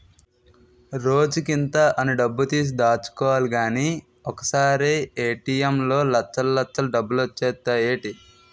రోజుకింత అని డబ్బుతీసి దాచుకోలిగానీ ఒకసారీ ఏ.టి.ఎం లో లచ్చల్లచ్చలు డబ్బులొచ్చేత్తాయ్ ఏటీ?